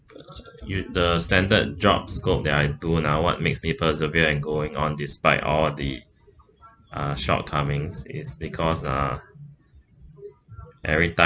uh with the standard job scope that I do now what makes me persevere and going on despite all the uh shortcomings is because uh every time